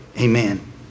amen